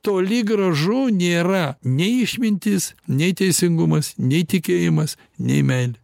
toli gražu nėra nei išmintis nei teisingumas nei tikėjimas nei meilė